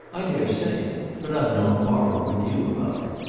i dare say but i've no quarrel with you about it.